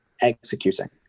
executing